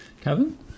Kevin